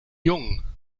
jung